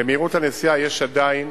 למהירות הנסיעה יש עדיין